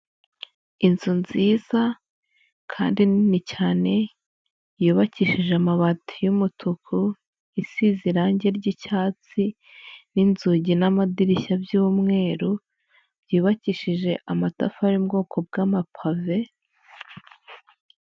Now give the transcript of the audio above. Inzu nziza kandi nini cyane, yubakishije amabati y'umutuku, isize irangi ry'icyatsi n'inzugi n'amadirishya by'umweru, byubakishije amatafari y'ubwoko bw'amapave.